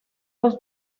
los